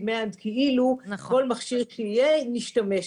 demand כאילו כל מכשיר שיהיה נשתמש בו.